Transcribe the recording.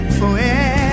forever